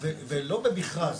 ולא במכרז.